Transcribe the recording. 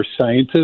scientists